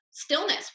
Stillness